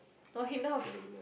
not enough